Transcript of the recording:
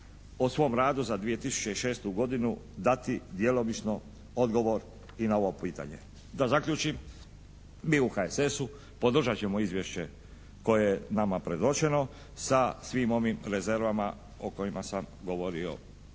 o svom radu za 2006. godinu dati djelomično odgovor i na ovo pitanje. Da zaključim, mi u HSS-u podržat ćemo izvješće koje je nama predočeno sa svim ovim rezervama o kojima sam govorio